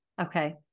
okay